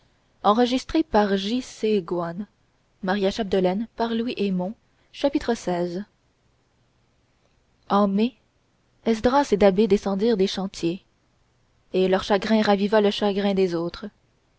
chapitre xvi en mai esdras et da'bé descendirent des chantiers et leur chagrin raviva le chagrin des autres